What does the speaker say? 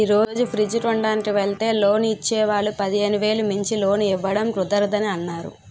ఈ రోజు ఫ్రిడ్జ్ కొనడానికి వెల్తే లోన్ ఇచ్చే వాళ్ళు పదిహేను వేలు మించి లోన్ ఇవ్వడం కుదరదని అన్నారు